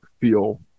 feel